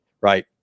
Right